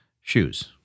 shoes